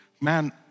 man